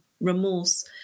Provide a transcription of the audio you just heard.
remorse